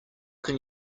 can